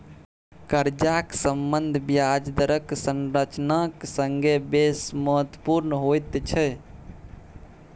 कर्जाक सम्बन्ध ब्याज दरक संरचनाक संगे बेस महत्वपुर्ण होइत छै